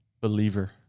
believer